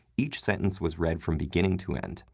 each sentence was read from beginning to end,